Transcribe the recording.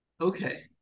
Okay